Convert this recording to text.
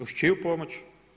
Uz čiju pomoć?